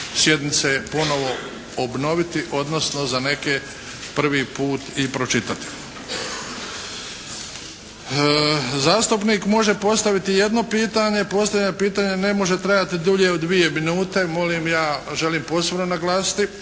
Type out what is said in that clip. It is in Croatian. sjednice ponovo obnoviti odnosno za neke prvi put i pročitati. Zastupnik može postaviti jedno pitanje. Postavljanje pitanja ne može trajati dulje od dvije minute. Molim, ja želim posebno naglasiti.